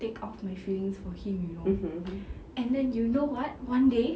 take off my feelings for him you know and then you know what one day